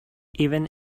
even